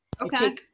okay